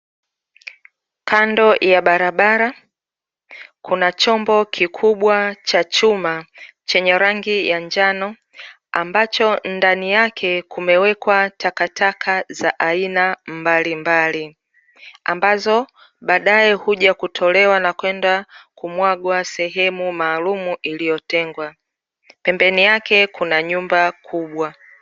Kando ya barabara kuna chombo kikubwa cha chuma chenye rangi ya njano ambacho ndani yake kumewekwa takakata za aina mbalimbali, ambazo baadae huja kutolewa na kwenda kumwaga siehemu maalumu iliyotengwa, pembeni yake kuna nyumba kubwa.